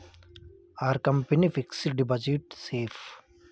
Are company fixed deposit safe?